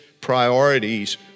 priorities